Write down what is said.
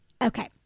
Okay